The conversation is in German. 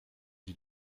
die